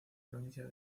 provincias